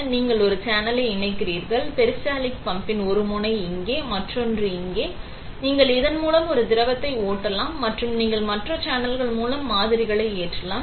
எனவே நீங்கள் ஒரு சேனலை இணைக்கிறீர்கள் பெரிஸ்டால்டிக் பம்பின் ஒரு முனை இங்கே மற்றொன்று இங்கே நீங்கள் இதன் மூலம் ஒரு திரவத்தை ஓட்டலாம் மற்றும் நீங்கள் மற்ற சேனல்கள் மூலம் மாதிரிகளை ஏற்றலாம்